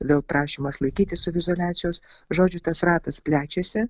vėl prašymas laikytis saviizoliacijos žodžiu tas ratas plečiasi